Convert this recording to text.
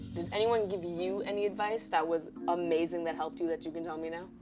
did anyone give you you any advice that was amazing, that helped you that you can tell me now?